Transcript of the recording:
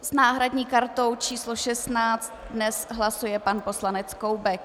S náhradní kartou číslo 16 dnes hlasuje pan poslanec Koubek.